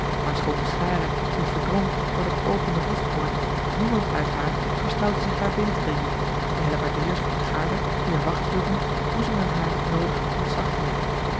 maar schoon de schare zich verdrong voor de geopende hofpoort niemand uit haar verstoutte zich daar binnen te dringen de hellebaardiers van de garde die er wacht hielden boezemden haar het noodige ontzag in